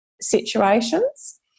situations